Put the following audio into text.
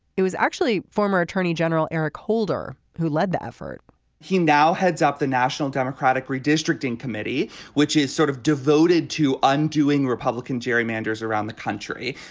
it was actually former attorney general eric holder who led the effort he now heads up the national democratic redistricting committee which is sort of devoted to undoing republican jerry manders around the country.